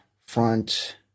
front